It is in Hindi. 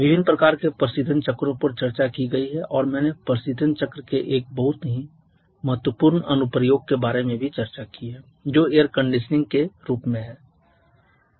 विभिन्न प्रकार के प्रशीतन चक्रों पर चर्चा की गई है और मैंने प्रशीतन चक्र के एक बहुत ही महत्वपूर्ण अनुप्रयोग के बारे में भी चर्चा की है जो एयर कंडीशनिंग के रूप में है